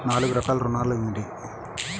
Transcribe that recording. నాలుగు రకాల ఋణాలు ఏమిటీ?